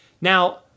Now